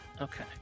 Okay